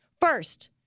First